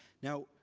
now,